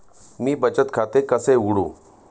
मी बचत खाते कसे उघडू?